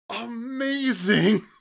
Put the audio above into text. Amazing